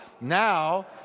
Now